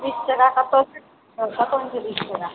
बीस टका कतहुँ कतहुँ नहि छै बीस टका